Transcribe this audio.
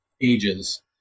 ages